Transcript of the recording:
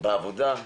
בעבודה,